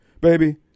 Baby